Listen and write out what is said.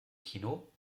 kino